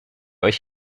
euch